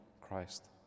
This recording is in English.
Christ